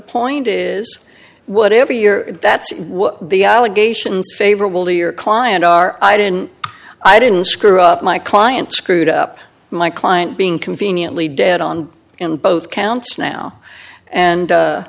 point is whatever you're it that's what the allegations favorable to your client are i didn't i didn't screw up my client screwed up my client being conveniently dead on in both counts now and